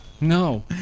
No